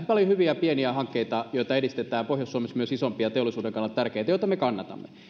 paljon hyviä pieniä hankkeita joita edistetään pohjois suomessa myös isompia teollisuuden kannalta tärkeitä joita me kannatamme